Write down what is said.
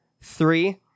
three